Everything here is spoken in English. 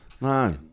No